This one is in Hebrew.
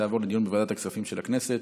ותעבור לדיון בוועדת הכספים של הכנסת.